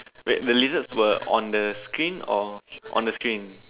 wait the lizards were on the screen or on the screen